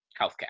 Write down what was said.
healthcare